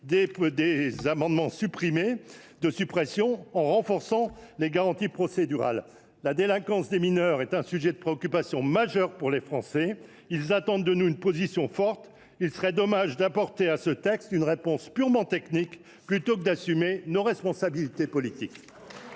des articles supprimés et à renforcer les garanties procédurales. La délinquance des mineurs est un sujet de préoccupation essentiel pour les Français. Ils attendent de nous une position forte. Il serait dommage d’apporter avec ce texte une réponse purement technique, plutôt que d’assumer nos responsabilités politiques.